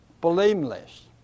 blameless